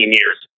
years